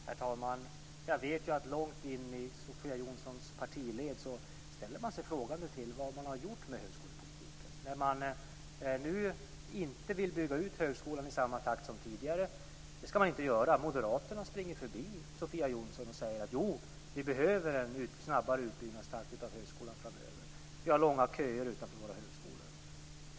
Herr talman! Jag vet att man långt in i Sofia Jonssons partiled ställer sig frågande till vad som gjorts med högskolepolitiken. Nu vill man inte bygga ut högskolan i samma takt som tidigare men Moderaterna springer förbi Sofia Jonsson och säger: Jo, vi behöver en snabbare utbyggnadstakt av högskolan framöver. Vi har långa köer utanför våra högskolor.